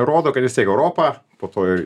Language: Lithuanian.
rodo kad vis tiek europa po to ir